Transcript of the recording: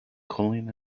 colin